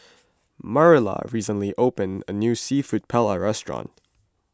Marilla recently opened a new Seafood Paella restaurant